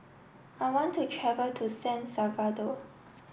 I want to travel to San Salvador